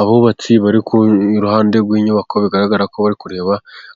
Abubatsi bari i ruhande rw'inyubako bigaragara ko bari kureba